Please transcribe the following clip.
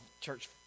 church